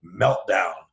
meltdown